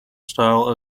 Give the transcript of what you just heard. style